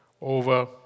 over